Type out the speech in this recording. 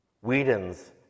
Whedon's